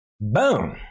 Boom